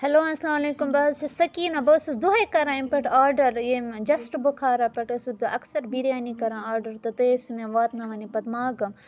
hello اَسلامُ علیکُم بہٕ حظ چھَس سٔکیٖنہ بہٕ حظ چھَس دۄہَے کَران اَمہِ پیٚٹھ آرڈَر ییٚمہِ جَسٹہٕ بُخارا پیٚٹھ ٲسٕس بہٕ اَکثَر بِریانی کَران آرڈَر تہٕ تُہۍ ٲسِو مےٚ واتناوان یہِ پَتہٕ ماگَم